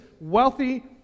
wealthy